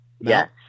yes